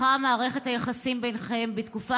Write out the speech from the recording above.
הפכה מערכת היחסים ביניכם בתקופה